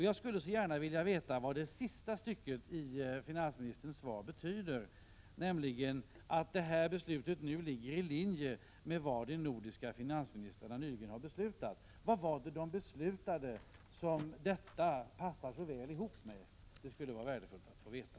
Jag skulle gärna vilja veta vad det sista stycket i finansministerns svar betyder. Där står att detta beslut ligger i linje med vad de nordiska finansministrarna nyligen har beslutat. Vad var det som de beslutade som detta passar så väl ihop med? Det skulle vara värdefullt att få veta.